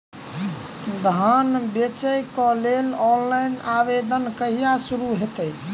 धान बेचै केँ लेल ऑनलाइन आवेदन कहिया शुरू हेतइ?